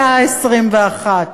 במאה ה-21?